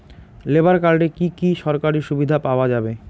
Labour কার্ডে কি কি সরকারি সুবিধা পাওয়া যাবে?